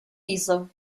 diesel